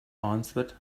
answered